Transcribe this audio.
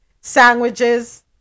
sandwiches